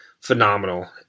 phenomenal